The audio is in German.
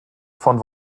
von